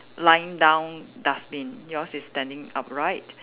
lying down dustbin yours is standing upright